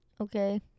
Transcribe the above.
Okay